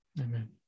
Amen